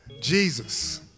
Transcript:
Jesus